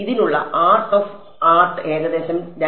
ഇതിനുള്ള art of art ഏകദേശം 2